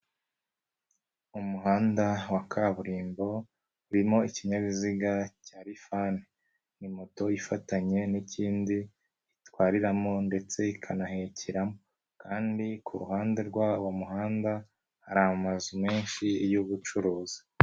Umuhanda wa kaburimbo urimo ikinyabiziga cya lifani, ni moto ifatanye n'ikindi itwariramo ndetse ikanahekeramo kandi ku ruhande rw'uwo muhanda hari amazu menshi y'ubucuruzi.